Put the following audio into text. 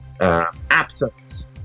absence